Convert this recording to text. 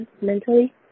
mentally